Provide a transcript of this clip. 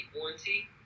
warranty